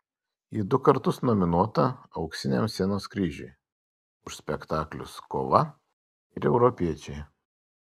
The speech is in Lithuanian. ji du kartus nominuota auksiniam scenos kryžiui už spektaklius kova ir europiečiai